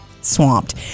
swamped